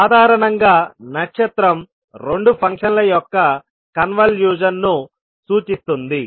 సాధారణంగా నక్షత్రం రెండు ఫంక్షన్ల యొక్క కన్వల్యూషన్ ను సూచిస్తుంది